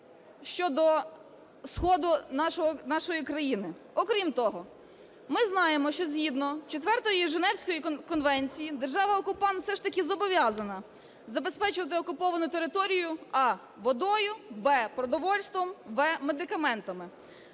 щодо Сходу нашої країни. Окрім того, ми знаємо, що згідно Четвертої Женевської конвенції держава-окупант все ж таки зобов'язана забезпечувати окуповану територію: а) водою; б) продовольством; в) медикаментами.